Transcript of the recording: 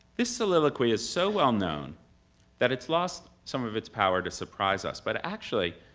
this soliloquy is so well known that it's lost some of its power to surprise us. but actually,